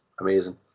amazing